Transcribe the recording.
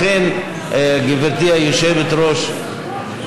גברתי היושבת-ראש,